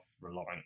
relying